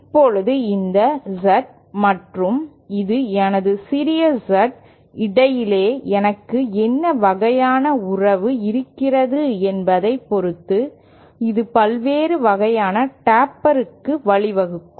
இப்போது இந்த Z மற்றும் இது எனது சிறிய Z இடையே எனக்கு என்ன வகையான உறவு இருக்கிறது என்பதைப் பொறுத்து இது பல்வேறு வகையான டேப்பருக்கு வழிவகுக்கும்